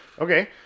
Okay